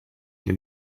для